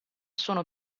sono